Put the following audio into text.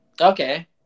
Okay